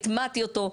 הטמעתי אותו,